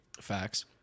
Facts